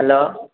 hello